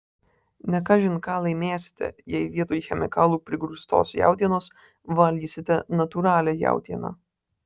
ne kažin ką laimėsite jei vietoj chemikalų prigrūstos jautienos valgysite natūralią jautieną